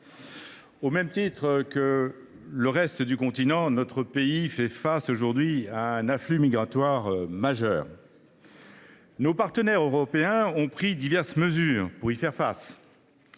au même titre que le reste du continent européen, notre pays fait face aujourd’hui à un afflux migratoire majeur. Nos partenaires européens ont pris diverses mesures pour y faire face.